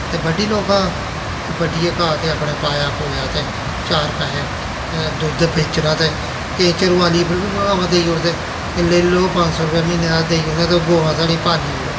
ते ब'ड्डी लो घाऽ ते ब'ड्डियै घाऽ ते अपने पाया पूया ते चार पैसे दुद्ध बेचना ते केईं चरवाली पर बी गवां देई ओड़दे लेई लैओ पंज सौ रपेआ म्हीनें दा देई ओड़ने आं ते गवां साढ़ियां पाली ओड़ो